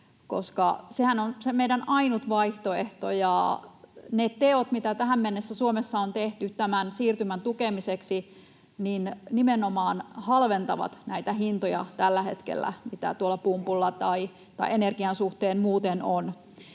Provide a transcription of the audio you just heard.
sehän on se meidän ainut vaihtoehto ja ne teot, mitä tähän mennessä Suomessa on tehty tämän siirtymän tukemiseksi, tällä hetkellä nimenomaan halventavat niitä hintoja, mitä tuolla pumpulla tai energian suhteen muuten on.